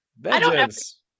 Vengeance